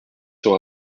sur